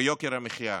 ביוקר המחיה,